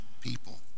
people